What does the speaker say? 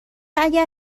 اگر